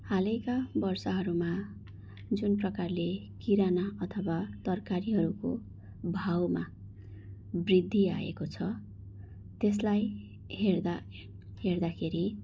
हालैका वर्षहरूमा जुन प्रकारले किराना अथवा तरकारीहरूको भाउमा वृद्धि आएको छ त्यसलाई हेर्दा हेर्दाखेरि